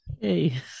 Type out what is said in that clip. Hey